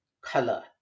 color